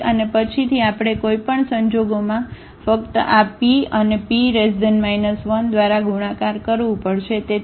તેથી અને પછીથી આપણે કોઈ પણ સંજોગોમાં ફક્ત આ P અને P 1 દ્વારા ગુણાકાર કરવું પડશે